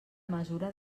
mesura